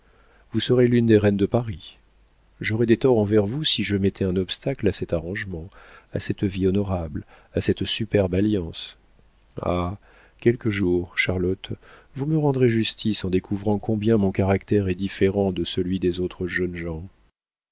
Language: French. vous serez l'une des reines de paris j'aurais des torts envers vous si je mettais un obstacle à cet arrangement à cette vie honorable à cette superbe alliance ah quelque jour charlotte vous me rendrez justice en découvrant combien mon caractère est différent de celui des autres jeunes gens